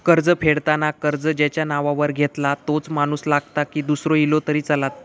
कर्ज फेडताना कर्ज ज्याच्या नावावर घेतला तोच माणूस लागता की दूसरो इलो तरी चलात?